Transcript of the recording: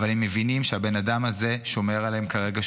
אבל הם מבינים שהבן אדם הזה שומר עליהם כרגע,